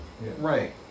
Right